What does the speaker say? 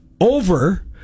over